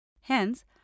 Hence